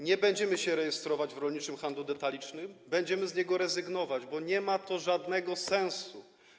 Nie będziemy się rejestrować w ramach rolniczego handlu detalicznego, będziemy z tego rezygnować, bo nie ma to żadnego sensu.